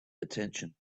attention